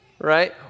right